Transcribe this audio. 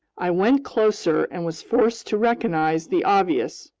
i went closer and was forced to recognize the obvious.